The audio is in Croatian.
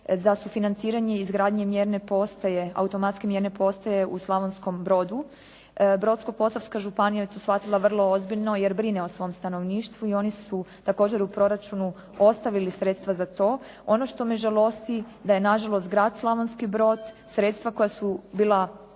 za sufinanciranje i izgradnje mjerne postaje, automatski mjerne postaje u Slavonskom brodu. Brodsko-posavska županija je to shvatila vrlo ozbiljno jer brine o svom stanovništvu i oni su također u proračunu ostavili sredstva za to. Ono što me žalosti da je nažalost grad Slavonski brod, sredstva koja su bila